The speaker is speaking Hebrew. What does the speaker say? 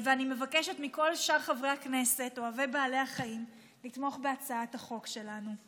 אני מבקשת מכל שאר חברי הכנסת אוהבי בעלי החיים לתמוך בהצעת החוק שלנו.